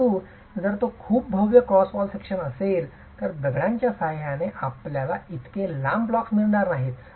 परंतु जर तो खूप भव्य वॉल क्रॉस सेक्शन असेल तर दगडांच्या सहाय्याने आपल्याला इतके लांब ब्लॉक्स मिळणार नाहीत